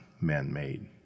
man-made